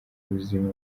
buzima